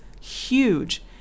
huge